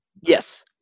Yes